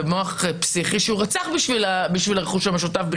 במוח פסיכי שהוא רצח בשביל הרכוש המשותף שלו,